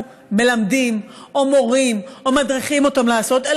מלמדים או מורים או מדריכים אותם לעשות,